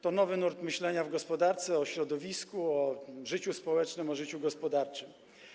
To nowy nurt myślenia w gospodarce o środowisku, o życiu społecznym, o życiu gospodarczym.